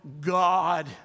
God